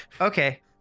Okay